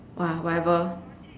!wah! whatever